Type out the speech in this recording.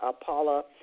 Paula